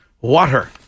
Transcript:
water